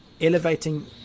elevating